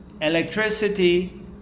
electricity